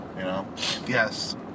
Yes